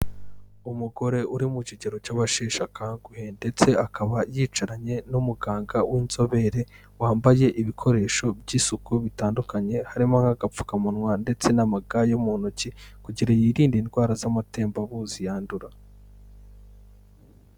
Umugore uri mu kigero cy'abasheshe akanguhe ndetse akaba yicaranye n'umuganga w'inzobere wambaye ibikoresho by'isuku bitandukanye harimo n'agapfukamunwa ndetse n'amaga yo mu ntoki kugira yirinde indwara z'amatembabuzi yandura.